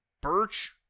Birch